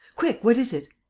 quick, what is it?